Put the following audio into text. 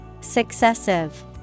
Successive